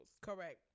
Correct